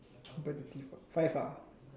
competitive five